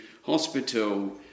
hospital